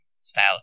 style